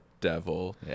devil